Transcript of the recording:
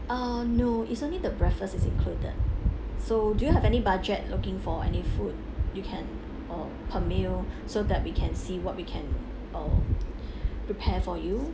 uh no it's only the breakfast is included so do you have any budget looking for any food you can uh per meal so that we can see what we can uh prepare for you